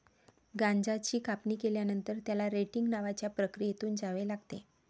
गांजाची कापणी केल्यानंतर, त्याला रेटिंग नावाच्या प्रक्रियेतून जावे लागते